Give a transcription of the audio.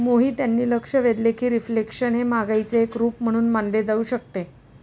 मोहित यांनी लक्ष वेधले की रिफ्लेशन हे महागाईचे एक रूप म्हणून मानले जाऊ शकते